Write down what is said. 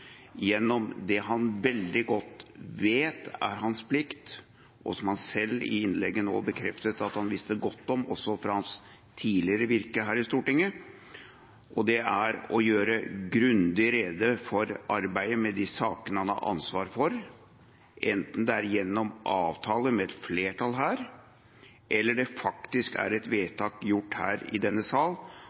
gjennom det han veldig godt vet er hans plikt – og som han selv nå i innlegget bekreftet at han visste godt om, også fra sitt tidligere virke her i Stortinget – og det er å gjøre grundig rede for arbeidet med de sakene han har ansvar for, enten det er gjennom avtale med et flertall her, eller det faktisk er et vedtak gjort her i denne sal,